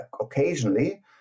occasionally